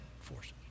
forces